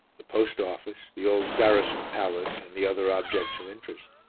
the post-office, the old saracen palace, and the other objects of interest.